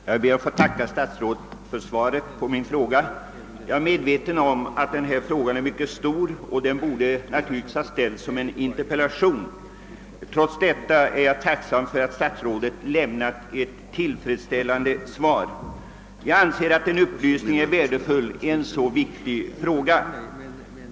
Herr talman! Jag ber att få tacka statsrådet för svaret på min fråga. Jag är medveten om att denna fråga är mycket stor och helst borde den naturligtvis ha ställts som en interpellation. Trots detta är jag tacksam för att statsrådet lämnat ett tillfredsställande svar. Jag anser att en upplysning är värdefull i en så viktig fråga.